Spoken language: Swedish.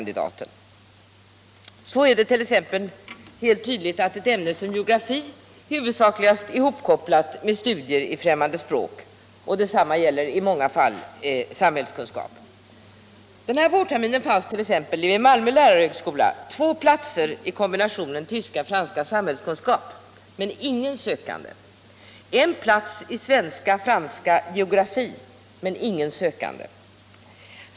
Det är tydligt att ett sådant ämne som geografi huvudsakligen är hopkopplat med studier i främmande språk. Detsamma gäller i många fall samhällskunskap. Denna vårtermin fanns det t.ex. vid Malmö lärarhögskola två platser i kombinationen tyska-franska-samhällskunskap, men ingen sökande. Det fanns en plats i svenska-franska-geografi, men ingen sökande.